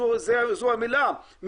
זו המלה,